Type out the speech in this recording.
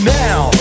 now